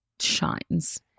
shines